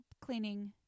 cleaning